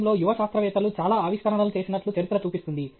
సమయంలో యువ శాస్త్రవేత్తలు చాలా ఆవిష్కరణలు చేసినట్లు చరిత్ర చూపిస్తుంది